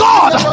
God